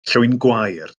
llwyngwair